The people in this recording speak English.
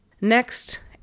Next